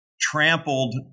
trampled